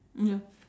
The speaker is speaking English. ya